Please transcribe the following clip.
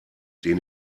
den